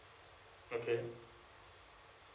okay